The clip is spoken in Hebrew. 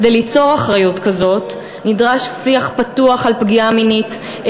כדי ליצור אחריות כזאת נדרש שיח פתוח על פגיעה מינית,